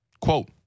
Quote